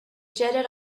jetted